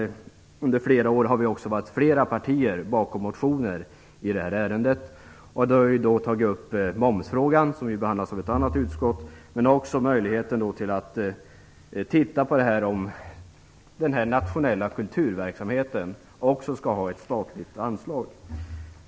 Under flera år har flera partier stått bakom motioner i det här ärendet. Vi har då också tagit upp momsfrågan, som ju behandlas av ett annat utskottet, och möjligheten att titta närmare på om även den här nationella kulturverksamheten skall ha ett statligt anslag.